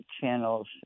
channels